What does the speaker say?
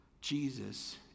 Jesus